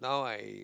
now I